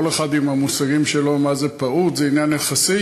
כל אחד עם המושגים שלו מה זה פעוט, זה עניין יחסי.